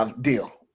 deal